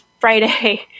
Friday